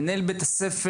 למנהל בית הספר,